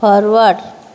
forward